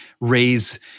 raise